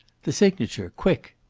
the signature! quick!